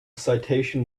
citation